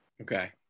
Okay